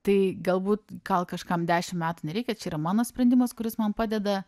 tai galbūt gal kažkam dešim metų nereikia čia yra mano sprendimas kuris man padeda